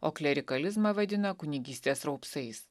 o klerikalizmą vadina kunigystės raupsais